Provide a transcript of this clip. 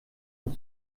und